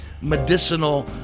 medicinal